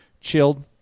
chilled